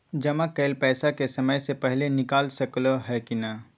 जमा कैल पैसा के समय से पहिले निकाल सकलौं ह की नय?